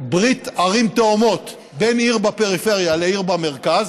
ברית ערים תאומות בין עיר בפריפריה לעיר במרכז,